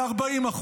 ל-40%.